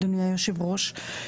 אדוני היושב ראש,